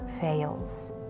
fails